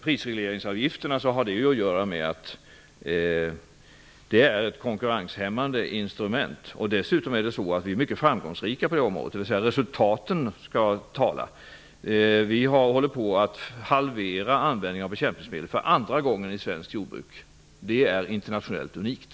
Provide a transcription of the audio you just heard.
Prisregleringsavgifterna är ett konkurrenshämmande instrument, och vi är dessutom mycket framgångsrika på det området. Det är resultaten som skall tala. Vi håller på att för andra gången halvera användningen av bekämpningsmedel i svenskt jordbruk, och det är internationellt unikt.